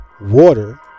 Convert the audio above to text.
water